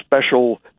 special